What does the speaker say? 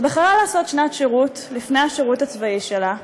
שבחרה לעשות שנת שירות לפני השירות הצבאי שלה,